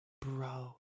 Bro